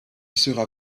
sera